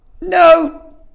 No